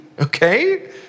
Okay